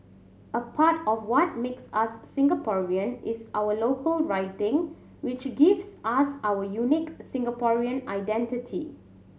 a part of what makes us Singaporean is our local writing which gives us our unique Singaporean identity